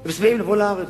הם שמחים לבוא לארץ.